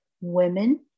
women